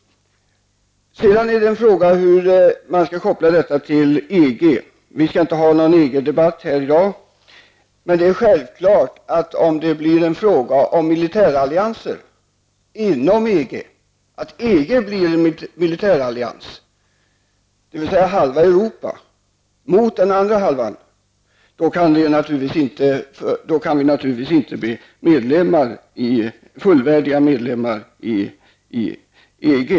Sedan är frågan hur man skall koppla detta till EG. Vi skall inte ha en EG-debatt här i dag. Men det är självklart att EG, om det blir fråga om militärallianser inom EG, blir en egen militärallians -- det rör sig alltså om halva Europa. Men då kan vi naturligtvis inte bli fullvärdig medlem i EG.